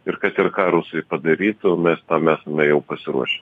ir kad ir ką rusai padarytų mes tam esame jau pasiruošę